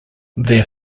their